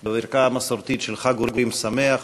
בברכה המסורתית של חג אורים שמח,